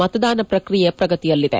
ಮತದಾನ ಪ್ರಕ್ರಿಯೆ ಪ್ರಗತಿಯಲ್ಲಿದೆ